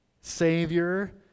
Savior